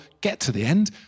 get-to-the-end